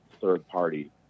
third-party